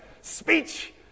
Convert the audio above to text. speech